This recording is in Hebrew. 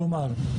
כלומר,